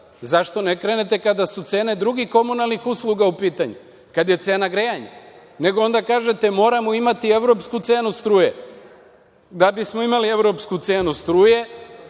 Zašto ne krenete, kada su cene drugih komunalnih usluga u pitanju? Kada je cena grejanja, nego onda kažete – moramo imati evropsku cenu struje. Da bismo imali evropsku cenu struje,